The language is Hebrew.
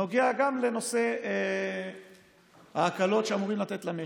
נוגע גם לנושא ההקלות שאמורים לתת למשק.